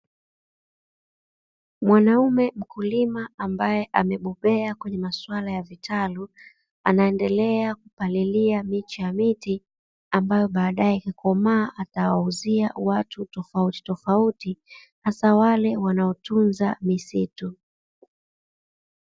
Mwanaume mkulima ambaye amebobea kwenye masuala ya vitalu, anaendelea kupalilia miche ya miti ambayo baadaye ikikomaa atawauzia watu tofautitofauti, hasa wale wanaotunza misitu.